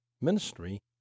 ministry